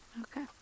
Okay